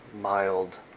mild